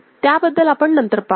त्याबद्दल आपण नंतर पाहू